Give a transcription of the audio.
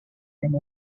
from